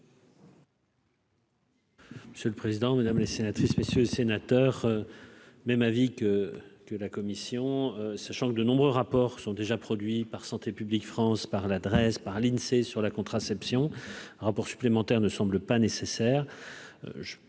C'est le président, mesdames les sénatrices messieurs sénateurs même avis que que la commission, sachant que de nombreux rapports sont déjà produits par Santé publique France par l'adresse par l'Insee sur la contraception, rapport supplémentaire ne semble pas nécessaire,